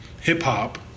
hip-hop